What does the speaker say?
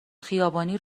خیابانی